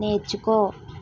నేర్చుకో